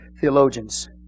theologians